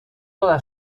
toda